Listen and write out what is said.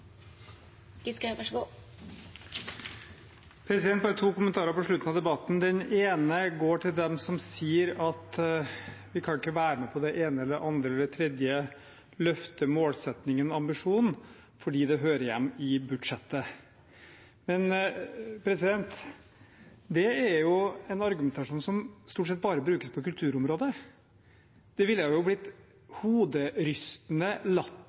Bare to kommentarer på slutten av debatten. Den ene går til dem som sier at vi kan ikke være med på det ene eller det andre eller det tredje løftet, målsettingen, ambisjonen, fordi det hører hjemme i budsjettet. Men det er jo en argumentasjon som stort sett bare brukes på kulturområdet. Det ville